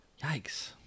Yikes